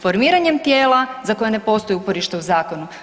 Formiranjem tijela za koje ne postoji uporište u Zakonu.